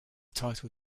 title